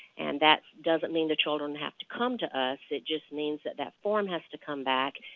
and that doesn't mean the children have to come to us, it just means that that form has to come back,